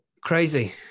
Crazy